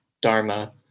Dharma